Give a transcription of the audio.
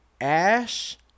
Ash